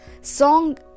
Song